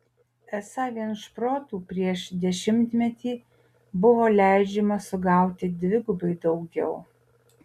esą vien šprotų prieš dešimtmetį buvo leidžiama sugauti dvigubai daugiau